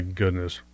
goodness